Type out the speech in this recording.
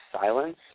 silence